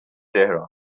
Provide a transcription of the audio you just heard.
tehran